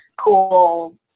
cool